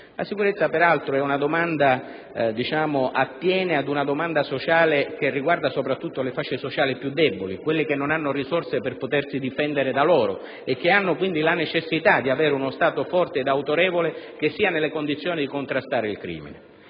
La sicurezza, peraltro, è un'istanza sociale che riguarda soprattutto le fasce sociali più deboli, quelle che non hanno risorse per difendersi da sole e che quindi hanno la necessità di avere uno Stato forte ed autorevole che sia nelle condizioni di contrastare il crimine.